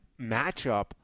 matchup